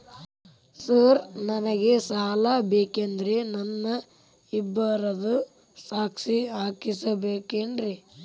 Sir ನನಗೆ ಸಾಲ ಬೇಕಂದ್ರೆ ನಾನು ಇಬ್ಬರದು ಸಾಕ್ಷಿ ಹಾಕಸಬೇಕೇನ್ರಿ?